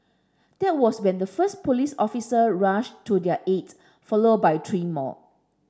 that was when the first police officer rushed to their aid followed by three more